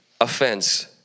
offense